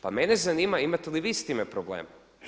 Pa mene zanima imate li vi s time problem?